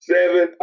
Seven